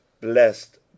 Blessed